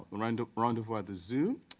ah rendezvous rendezvous at the zoo,